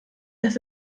dass